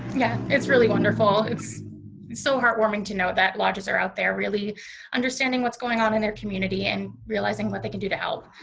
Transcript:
yeah, it's really wonderful, it's so heartwarming to know that lodges are out there really understanding what's going on in their community, and realizing what they can do to help.